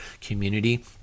community